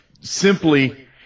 simply